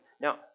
Now